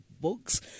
books